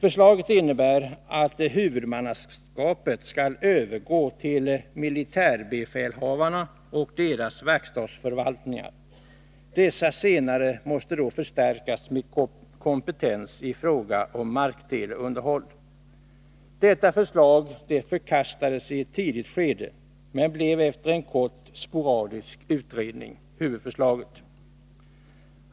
Förslaget innebär att huvudmannaskapet skall övergå till militärbefälhavarna och deras verkstadsförvaltningar. Dessa senare måste då förstärkas med kompetens i fråga om markteleunderhåll. Detta förslag förkastades i ett tidigt skede, men blev efter en kort, sporadisk utredning huvudförslaget.